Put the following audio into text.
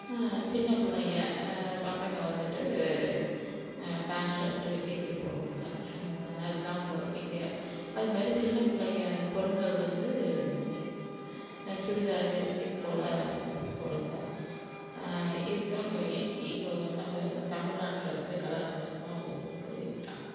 சின்ன பிள்ளைங்க பசங்கள் வந்துட்டு ஃபேண்ட் ஷர்ட்டு இப்படி போடுங்கள் அதுதான் இப்போது இங்கே அது மாரி சின்ன பிள்ளைங்க பெண்கள் வந்து சுடிதாரு இது போல் போடுங்கள் இதுதான் இப்போ இப்போ நம்ம தமிழ்நாட்டில வந்து கலாச்சாரமாக உள்ளது வந்து இதுதான்